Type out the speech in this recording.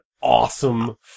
awesome